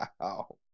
Wow